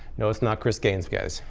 no, it's not chris gaines guys.